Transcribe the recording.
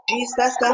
Jesus